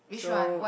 so